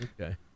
okay